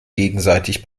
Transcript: gegenseitig